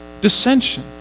dissension